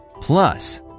Plus